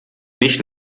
nicht